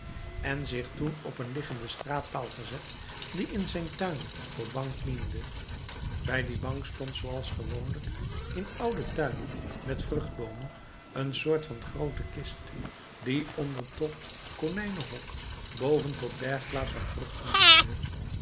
en zich toen op een liggenden straatpaal gezet die in zijn tuin voor bank diende bij die bank stond zooals gewoonlijk in oude tuinen met vruchtboomen een soort van groote kist die onder tot konijnenhok boven tot bergplaats van vruchten diende